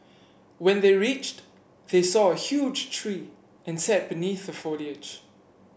when they reached they saw a huge tree and sat beneath the foliage